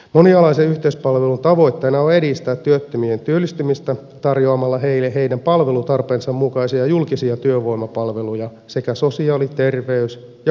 monialaisen yhteispalvelun tavoitteena on edistää työttömien työllistymistä tarjoa malla heille heidän palvelutarpeensa mukaisia julkisia työvoimapalveluja sekä sosiaali terveys ja kuntoutuspalveluja